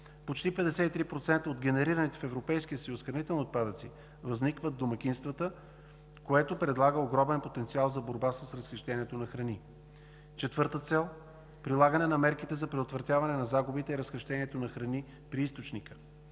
Почти 53% от генерираните в Европейския съюз хранителни отпадъци възникват в домакинствата, което предлага огромен потенциал за борба с разхищението на храни. Четвърта цел – прилагане на мерките за предотвратяване на загубите и разхищението на храни при източника.